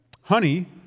honey